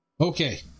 okay